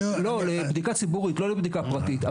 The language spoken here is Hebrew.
לא, לבדיקה ציבורית, לא לבדיקה פרטית.